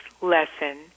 lesson